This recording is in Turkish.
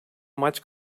maç